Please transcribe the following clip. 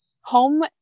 home